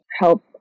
help